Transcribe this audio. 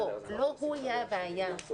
לא הוא יהיה הבעיה.